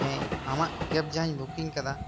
ᱦᱮᱸ ᱟᱢᱟᱜ ᱠᱮᱵ ᱡᱟᱦᱟᱧ ᱵᱩᱠᱤᱝ ᱟᱠᱟᱫᱟ